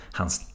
hans